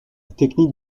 technique